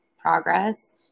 progress